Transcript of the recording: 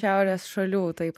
šiaurės šalių taip